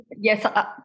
yes